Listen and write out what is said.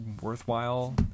worthwhile